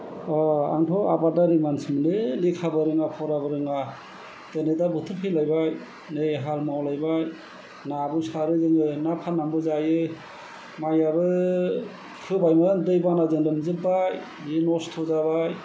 आंथ' आबादारि मानसिलै लेखाबो रोङा फराबो रोङा बेनो दा बोथोर फैलायबाय नै हाल मावलायबाय नाबो सारो जोङो ना फाननानैबो जायो माइआबो फोबायमोन दैबानाजों लोमजोबबाय जि नस्थ' जाबाय